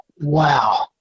wow